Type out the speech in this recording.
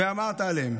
ואמרת אליהם